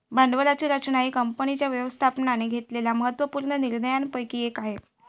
भांडवलाची रचना ही कंपनीच्या व्यवस्थापकाने घेतलेल्या महत्त्व पूर्ण निर्णयांपैकी एक आहे